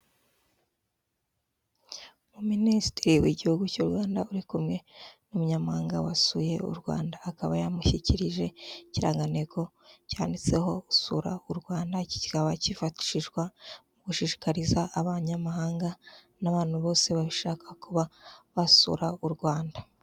Umuministire w'igihugu cy'u Rwanda uri kumwe n'umunyamabanga wasuye u Rwanda, akaba yamushyikirije ikirangantego cyanditseho gusura u Rwanda, iki kikaba cyifashishishwa mu gushishikariza abanyamahanga n'abantu bose babishaka kuba basura u Rwanda.